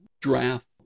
draft